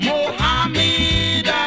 Mohammed